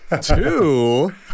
two